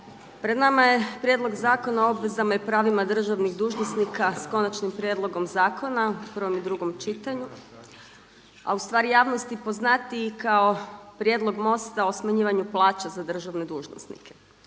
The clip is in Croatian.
Pred nama je Prijedlog zakona o obvezama i pravima državnih dužnosnika s konačnim prijedlogom zakona u prvom i drugom čitanju a ustvari javnosti poznatiji kao prijedlog MOST-a o smanjivanju plaća za državne dužnosnike.